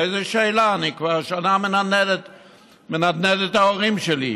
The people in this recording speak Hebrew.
איזו שאלה, אני כבר שנה מנדנד להורים שלי.